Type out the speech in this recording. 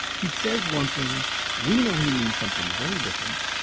he says one thing we know he means something very different.